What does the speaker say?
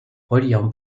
reliant